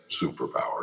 superpower